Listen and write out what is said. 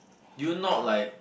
do you not like